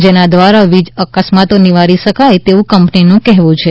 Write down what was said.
જેના દ્વારા વીજ અકસ્માતો નિવારી શકાય તેવુ કંપનીનુ કહેવુ છે